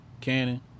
Cannon